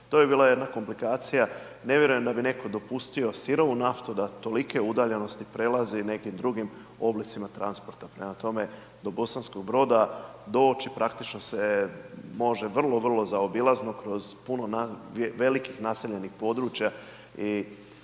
To bi bila jedna komplikacija, ne vjerujem da bi netko dopustio sirovu naftu, da tolike udaljenosti prelazi u nekim drugim oblicima transporta. Prema tome, do Bosanskoga Broda, …/Govornik se ne razumije./… praktično se može vrlo, vrlo zaobilazno, kroz puno velikih naseljenih područja